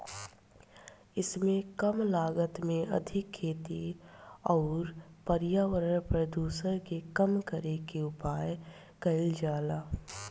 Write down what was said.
एइमे कम लागत में अधिका खेती अउरी पर्यावरण प्रदुषण के कम करे के उपाय कईल जाला